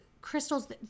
crystals